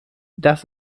das